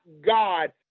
God